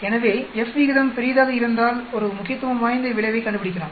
எனவே F விகிதம் பெரியதாக இருந்தால் ஒரு முக்கியத்துவம் வாய்ந்த விளைவைக் கண்டுபிடிக்கலாம்